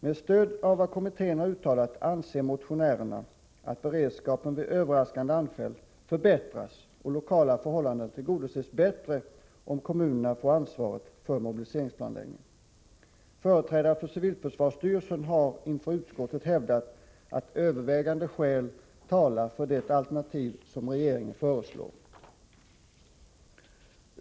Med stöd av vad kommittén uttalat anser motionärerna att beredskapen vid överraskande anfall förbättras och att önskemålen beträffande lokala förhållanden bättre tillgodoses, om kommunerna får ansvaret för mobiliseringsplanläggningen. Företrädare för civilförsvarsstyrelsen har inför utskottet hävdat att övervägande skäl talar för det alternativ som regeringen föreslår.